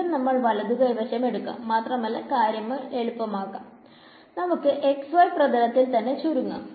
വീണ്ടും നമ്മൾ വലതു കൈ വശം എടുക്കാം മാത്രമല്ല കാര്യങ്ങൾ എളുപ്പമാകാം നമുക്ക് x y പ്രഥലത്തിൽ തന്നെ ചുരുങ്ങാം